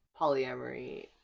polyamory